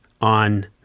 on